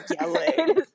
yelling